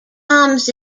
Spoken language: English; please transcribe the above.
palms